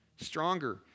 Stronger